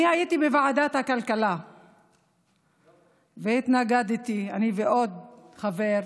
אני הייתי בוועדת הכלכלה והתנגדתי, אני ועוד חבר.